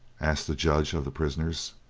asked the judge of the prisoners.